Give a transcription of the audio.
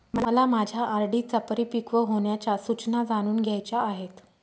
मला माझ्या आर.डी च्या परिपक्व होण्याच्या सूचना जाणून घ्यायच्या आहेत